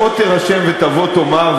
או שתירשם ותבוא ותאמר,